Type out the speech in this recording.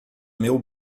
meu